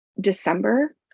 december